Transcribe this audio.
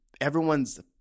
everyone's